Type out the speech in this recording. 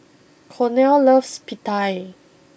Cornel loves Pita